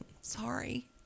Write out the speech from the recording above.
Sorry